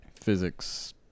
physics